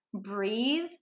breathe